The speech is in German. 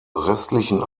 restlichen